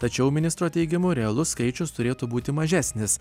tačiau ministro teigimu realus skaičius turėtų būti mažesnis